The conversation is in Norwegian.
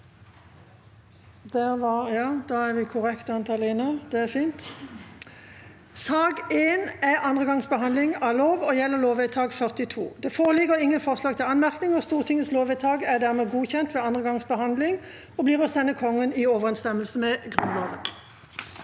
nr. 1 er andre gangs behandling av lov og gjelder lovvedtak 42. Det foreligger ingen forslag til anmerkning. Stortingets lovvedtak er dermed godkjent ved andre gangs behandling og blir å sende Kongen i overensstemmelse med Grunnloven.